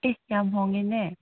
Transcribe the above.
ꯑꯦꯍ ꯌꯥꯝ ꯍꯣꯡꯉꯦꯅꯦ